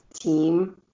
team